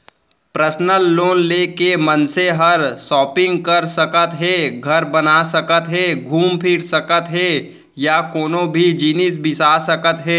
personal loan ले के मनसे हर सॉपिंग कर सकत हे, घर बना सकत हे घूम फिर सकत हे या कोनों भी जिनिस बिसा सकत हे